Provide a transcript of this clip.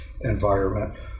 environment